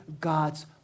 god's